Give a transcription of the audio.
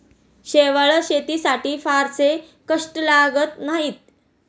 शेवाळं शेतीसाठी फारसे कष्ट लागत नाहीत